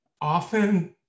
often